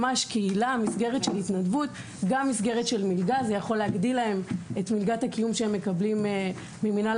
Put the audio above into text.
מלגה זה יכול להגדיל את מלגת הקיום שהעולה מקבל ממינהל